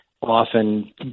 often